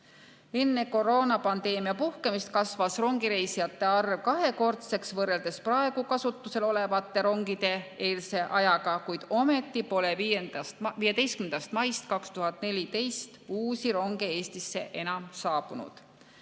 Enne koroonapandeemia puhkemist kasvas rongireisijate arv kahekordseks võrreldes praegu kasutusel olevate rongide eelse ajaga, kuid ometi pole 15. maist 2014 uusi ronge Eestisse enam saabunud.